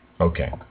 Okay